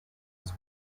was